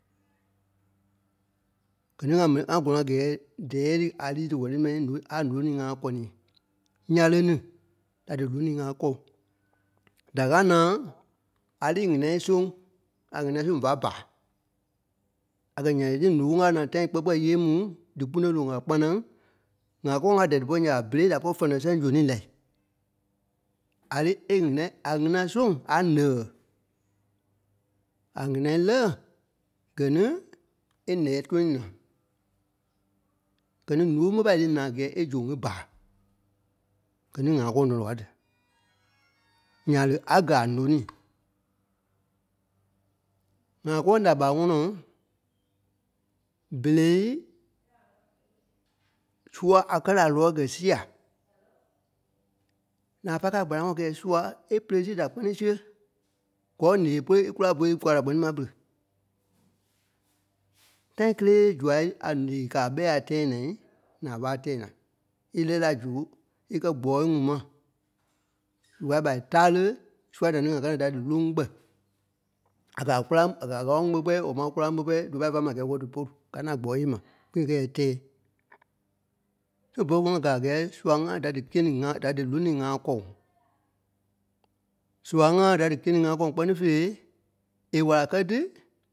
Gɛ̀ ní ŋa mɛ ŋa gɔ́lɔŋ a gɛ́ɛ dɛ́ɛ tí a liî tí gɔ tí mai a nônii ŋa-kɔniî. Nyàle ni, da dí lônii ŋa kɔŋ, da káa naa a lî i ŋ̀inai sóŋ a ŋ̀inai soŋ va baa. À kɛ̀ nyàlei tí ǹóŋ káa naa tãi kpɛ́-kpɛɛ yée mû dí kponôi loŋ a kpanaŋ, ŋa kɔŋ a dɛɛ dípɔi ǹya ɓa berei da pɔ̂ri fɛnɛ sɛŋ soŋ ni lai. A lí é ŋ̀inai, a ŋína soŋ a nɛ̀ɣɛ. A ŋ̀inai lɛ̀ɣɛ gɛ̀ ní é nɛ̀ɛ tooi na. Gɛ̀ ní ǹóŋ ɓé pâi liî naa a gɛ́ɛ é zoŋ é baa, gɛ̀ ní ŋa kɔŋ dɔnɔ ká tí. Nyàle a gɛ̀ a nônii. ŋa kɔŋ da ɓa ŋɔ́nɔ, berei sua a kɛ́ la lɔɔi gɛ́ sia naa pâi kɛ̂i a kpanaŋɔɔ gɛ́ɛ sua é pere da kpɛ́ni seɣe gɛ́ ɓo ǹee pôlu é kúla bôlu é lí kwaa da kpɛ́ni ma pere. Tãi kélee zuai a ǹee gàa ɓɛ́i a tɛɛ nai nàa ɓé a tɛɛ na é lɛ́ɛ la zu é kɛ́ gbɔɔi ŋuŋ ma. zu kulâi ɓa é táre zuai da ni ŋa káa naa da dí lóŋ kpɛ́ a kɛ̀ a kóraŋ a kɛ̀ a ɣáloŋ kpɛ́ kpɛɛ Ɔ̂ɔ máŋ kóraŋ kpɛ́ kpɛɛ vé pâi fâai ma a gɛ́ɛ è ɓo dí pôlu gáa nâa gbɔ́ɔi yee ma é kɛ́ yɛ̂ɛ tɛ́ɛ. Siɣe bôlu kú ŋɔ́nɔ gàa a gɛ́ɛ sua-ŋa da dí kîe ni ŋa, da dí lônii ŋa kɔŋ. Sua ŋa da dí kîe ni ŋa kɔŋ kpɛ́ni fêi, è wàla kɛ́ tí